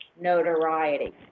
notoriety